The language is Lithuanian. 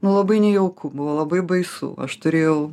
nu labai nejauku buvo labai baisu aš turėjau